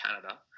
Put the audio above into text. Canada